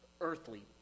Earthly